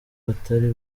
batari